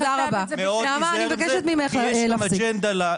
צריך מאוד להיזהר מזה, כי יש גם אג'נדה.